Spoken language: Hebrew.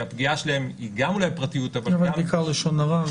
שהפגיעה שלהם היא גם אולי פרטיות אבל גם --- אבל בעיקר לשון הרע.